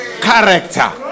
character